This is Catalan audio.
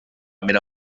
mera